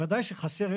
בוודאי שחסר,